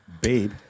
Babe